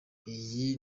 iyi